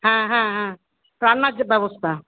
হ্যাঁ হ্যাঁ হ্যাঁ রান্নার যে ব্যবস্থা